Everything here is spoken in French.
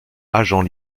agent